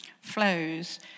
flows